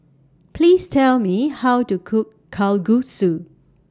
Please Tell Me How to Cook Kalguksu